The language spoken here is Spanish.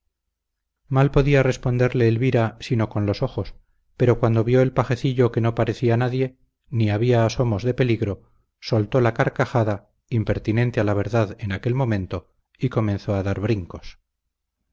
mal podía responderle elvira sino con los ojos pero cuando vio el pajecillo que no parecía nadie ni había asomos de peligro soltó la carcajada impertinente a la verdad en aquel momento y comenzó a dar brincos